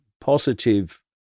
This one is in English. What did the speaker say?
positive